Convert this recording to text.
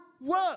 work